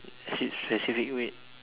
specific weight